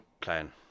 plan